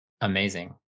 amazing